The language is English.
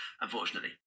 unfortunately